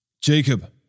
Jacob